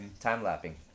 time-lapping